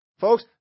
Folks